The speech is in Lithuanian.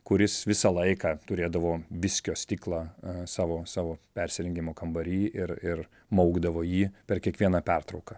kuris visą laiką turėdavo viskio stiklą savo savo persirengimo kambary ir ir maukdavo jį per kiekvieną pertrauką